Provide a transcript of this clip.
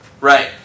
Right